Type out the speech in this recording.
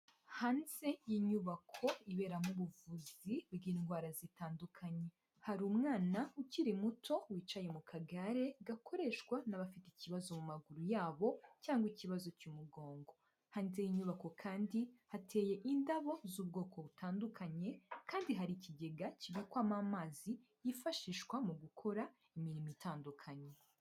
Hanze y'inyubako iberamo ubuvuzi bw'indwara zitandukanye. Hari umwana ukiri muto wicaye mu kagare gakoreshwa n'abafite ikibazo mu maguru yabo, cyangwa ikibazo cy'umugongo. Hanze y'inyubako kandi hateye indabo z'ubwoko butandukanye, kandi hari ikigega kibikwamo amazi yifashishwa mu gukora imirimo itandukanye.